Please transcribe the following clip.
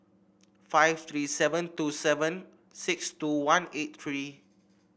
five three seven two seven six two one eight three